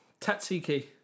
Tatsiki